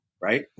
Right